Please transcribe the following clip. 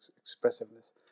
expressiveness